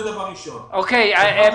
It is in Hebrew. זה